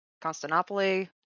Constantinople